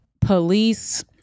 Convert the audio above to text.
police